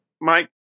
Mike